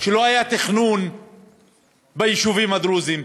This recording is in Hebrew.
שלא היה תכנון ביישובים הדרוזיים,